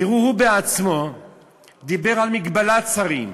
תראו, הוא בעצמו דיבר על מגבלת שרים,